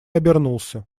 обернулся